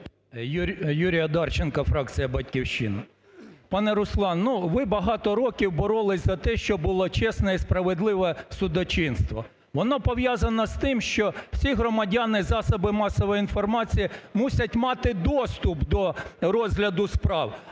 Юрій Одарченко, фракція "Батьківщина". Пане Руслан, ну, ви багато років боролись за те, щоб було чесне і справедливе судочинство. Воно пов'язано з тим, що всі громадяни і засоби масової інформації мусять мати доступ до розгляду справ.